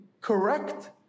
correct